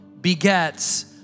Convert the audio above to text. begets